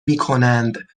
میکنند